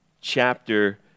chapter